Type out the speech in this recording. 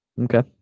Okay